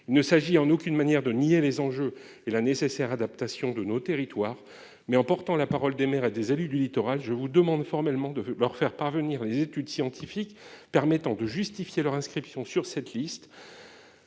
il ne s'agit en aucune manière de nier les enjeux et la nécessaire adaptation de nos territoires mais en portant la parole des maires et des élus du littoral, je vous demande formellement de leur faire parvenir les études scientifiques permettant de justifier leur inscription sur cette liste